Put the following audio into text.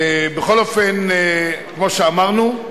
בכל אופן, כמו שאמרנו,